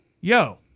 yo